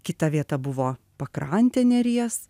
kita vieta buvo pakrantė neries